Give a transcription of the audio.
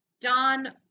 Don